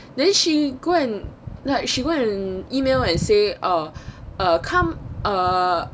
then she go and like she go and email and say oh come ah